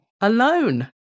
alone